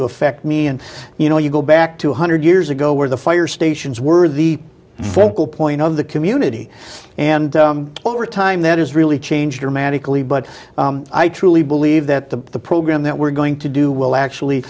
to affect me and you know you go back to one hundred years ago where the fire stations were the focal point of the community and over time that has really changed dramatically but i truly believe that the program that we're going to do will actually